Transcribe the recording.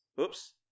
Oops